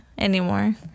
anymore